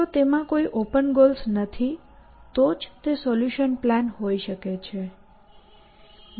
જો તેમાં કોઈ ઓપન ગોલ્સ નથી તો જ તે સોલ્યુશન પ્લાન હોઈ શકે છે